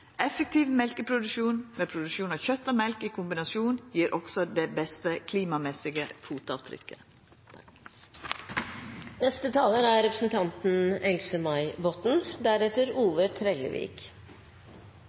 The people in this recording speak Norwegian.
Effektiv mjølkeproduksjon, med produksjon av kjøt og mjølk i kombinasjon, gjev også det beste klimamessige fotavtrykket.